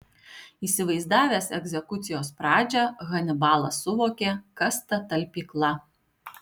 įsivaizdavęs egzekucijos pradžią hanibalas suvokė kas ta talpykla